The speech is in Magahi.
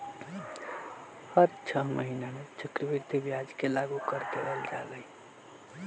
हर छ महीना में चक्रवृद्धि ब्याज के लागू कर देवल जा हई